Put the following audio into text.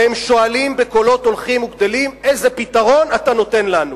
והם שואלים בקולות הולכים וגדלים: איזה פתרון אתה נותן לנו?